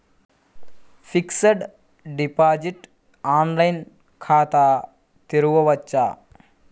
Fixed deposit online ఖాతా తెరువవచ్చా?